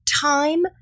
time